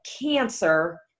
cancer